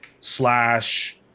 slash